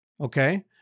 Okay